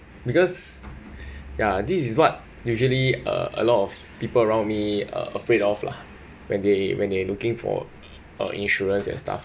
because ya this is what usually uh a lot of people around me uh afraid of lah when they when they're looking for uh insurance and stuff